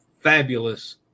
fabulous